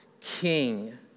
king